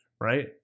right